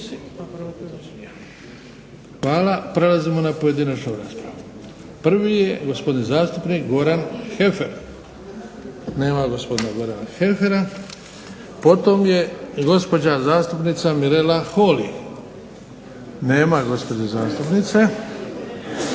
Hvala. Prelazimo na pojedinačnu raspravu. Prvi je gospodin zastupnik Goran Heffer. Nema gospodina Gorana Heffera. Potom je gospođa zastupnica Mirela Holy. Nema gospođe zastupnice.